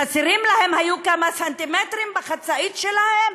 היו חסרים להן כמה סנטימטרים בחצאית שלהן?